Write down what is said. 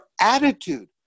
attitude